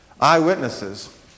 eyewitnesses